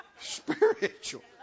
spiritual